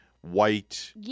white